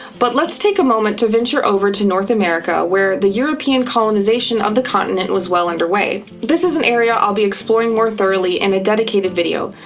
but let's take a moment to venture over to north america where the european colonization of the continent was well underway. this is an area i'll be exploring more thoroughly in and a dedicated video,